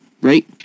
Right